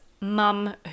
mum